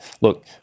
look